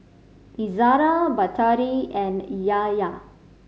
Izara Batari and Yahya